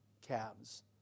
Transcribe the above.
calves